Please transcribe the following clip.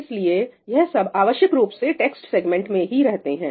इसलिए यह सब आवश्यक रूप से टेक्स्ट सेगमेंट में ही रहते हैं